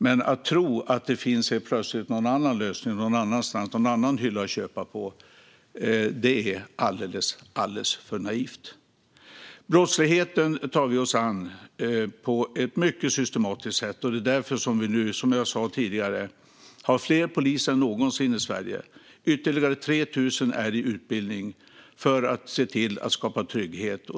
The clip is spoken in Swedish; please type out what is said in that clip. Men att tro att det helt plötsligt finns någon annan lösning eller någon annan hylla att köpa från är alldeles för naivt. Brottsligheten tar vi oss an på ett mycket systematiskt sätt. Det är därför vi nu, som jag sa tidigare, har fler poliser än någonsin i Sverige. Ytterligare 3 000 är i utbildning för att se till att skapa trygghet.